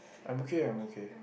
I'm okay I'm okay